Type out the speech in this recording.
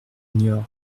niort